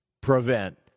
prevent